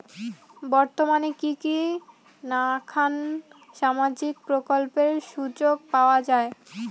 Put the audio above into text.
বর্তমানে কি কি নাখান সামাজিক প্রকল্পের সুযোগ পাওয়া যায়?